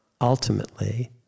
ultimately